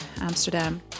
Amsterdam